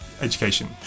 education